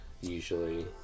Usually